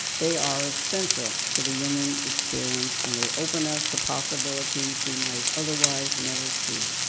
they are essential to the human experience, and they open us to possibilities we might otherwise never see.